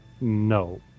No